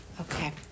Okay